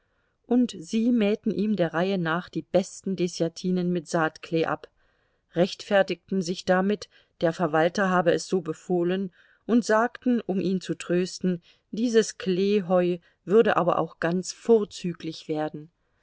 und sie mähten ihm der reihe nach die besten deßjatinen mit saatklee ab rechtfertigten sich damit der verwalter habe es so befohlen und sagten um ihn zu trösten dieses kleeheu würde aber auch ganz vorzüglich werden